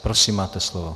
Prosím, máte slovo.